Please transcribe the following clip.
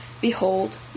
Behold